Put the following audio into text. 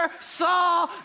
saw